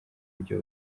buryo